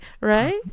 right